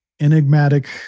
enigmatic